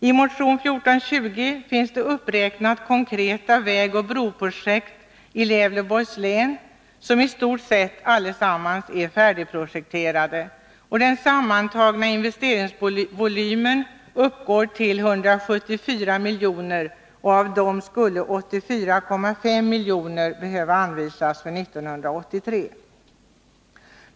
I motion 1420 räknas det upp konkreta vägoch broprojekt i Gävleborgs län som i stort sett är färdigprojekterade. Den sammantagna investeringsvolymen uppgår till ca 174 milj.kr., varav 84,5 milj.kr. för år 1983.